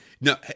no